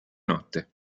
notte